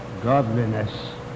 godliness